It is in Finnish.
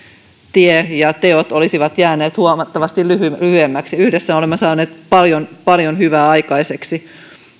tie ja teot olisivat jääneet huomattavasti lyhyemmiksi yhdessä olemme saaneet paljon paljon hyvää aikaiseksi